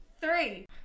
Three